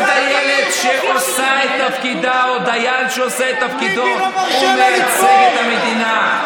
כל דיילת שעושה את תפקידה או דייל שעושה את תפקידו מייצגים את המדינה.